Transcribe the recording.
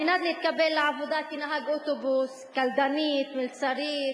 כדי להתקבל לעבודה כנהג אוטובוס, קלדנית, מלצרית,